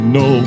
no